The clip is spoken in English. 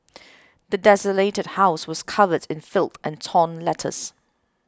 the desolated house was covered in filth and torn letters